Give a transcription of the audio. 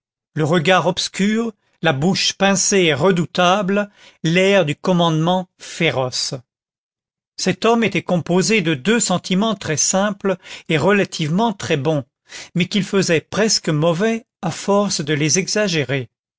le regard obscur la bouche pincée et redoutable l'air du commandement féroce cet homme était composé de deux sentiments très simples et relativement très bons mais qu'il faisait presque mauvais à force de les exagérer